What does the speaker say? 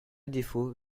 défaut